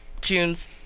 June's